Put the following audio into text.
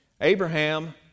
Abraham